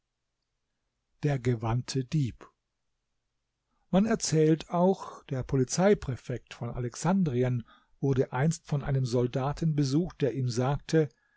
der gewandte dieb man erzählt auch der polizeipräfekt von alexandrien wurde einst von einem soldaten besucht der ihm sagte